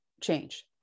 change